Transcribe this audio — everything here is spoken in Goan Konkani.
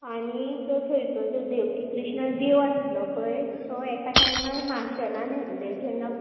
आनी जो थंयचो जो देवकी कृष्ण देव आसलो पळय तो एका टायमार माशेलान येल्ले जेन्ना